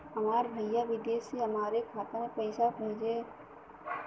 हमार भईया विदेश से हमारे खाता में पैसा कैसे भेजिह्न्न?